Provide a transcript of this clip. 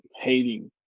hating